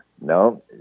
no